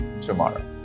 tomorrow